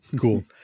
Cool